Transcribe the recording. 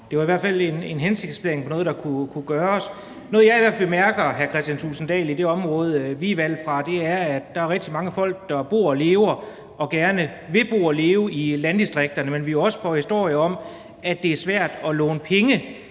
Det var i hvert fald en hensigtsplan for noget, der kunne gøres. Noget, jeg i hvert fald bemærker, hr. Kristian Thulesen Dahl, i det område, vi er valgt i, er, at der er rigtig mange folk, der bor og lever og gerne vil bo og leve i landdistrikterne, men at vi jo også får historier om, at det er svært at låne penge